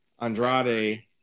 Andrade